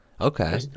okay